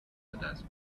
others